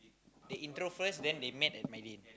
they intro first then they met at